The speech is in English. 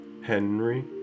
Henry